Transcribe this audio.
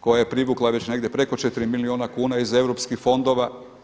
koja je privukla već negdje preko 4 milijuna kuna iz europskih fondova.